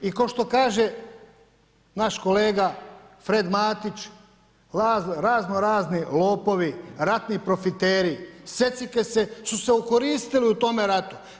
I kao što kaže naš kolega Fred Matić, razno razni lopovi, ratni profiteri, secikese su se okoristili u tome ratu.